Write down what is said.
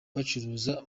bacuruza